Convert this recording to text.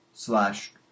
Slash